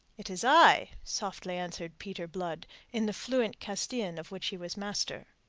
it is i, softly answered peter blood in the fluent castillan of which he was master.